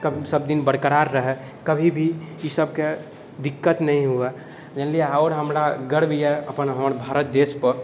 सबदिन बरकरार रहै कभी भी ईसबके दिक्कत नहि होइ जानलिए आओर हमरा गर्व अइ अपन हमर भारत देशपर